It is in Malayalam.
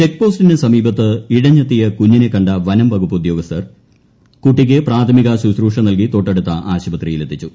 ചെക്ക് പോസ്റ്റിന് സമീപത്ത് ഇഴഞ്ഞെത്തിയ കുഞ്ഞിനെ കണ്ട വനം വകുപ്പ് ഉദ്യോഗസ്ഥർ കുട്ടിക്ക് പ്രാഥമിക ശുശ്രൂഷ നൽകി തൊട്ടടുത്ത ആശുപത്രിയിൽ എത്തിച്ചു